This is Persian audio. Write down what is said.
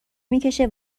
میکشه